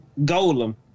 golem